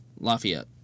Lafayette